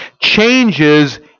changes